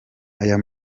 ayo